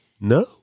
No